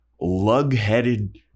lug-headed